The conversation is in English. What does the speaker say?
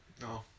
No